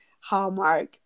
hallmark